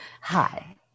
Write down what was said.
Hi